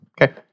Okay